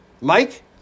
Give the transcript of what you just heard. Mike